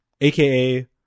aka